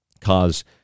cause